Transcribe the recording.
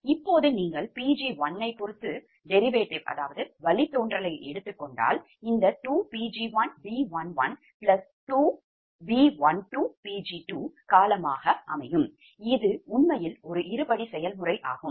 இப்போது நீங்கள் Pg1ஐப் பொறுத்து வழித்தோன்றலை எடுத்துக் கொண்டால் இந்த 2Pg1B112B12Pg2 காலமாக அமையும் இது உண்மையில் ஒரு இருபடி செயல்முறை ஆகும்